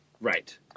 right